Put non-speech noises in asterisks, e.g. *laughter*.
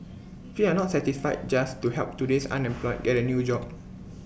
*noise* we are not satisfied just to help today's *noise* unemployed get A new job